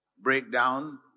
Breakdown